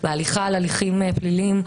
בהליכה להליכים פליליים,